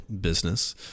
business